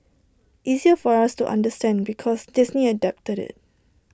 easier for us to understand because Disney adapted IT